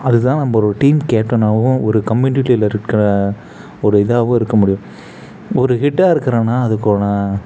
அதுதான் நம்ம ஒரு டீம் கேப்டனாகவும் ஒரு கம்யூனிட்டியில இருக்கிற ஒரு இதாகவும் இருக்க முடியும் ஒரு ஹெட்டா இருக்கறேன்னா அதுக்கான